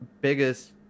Biggest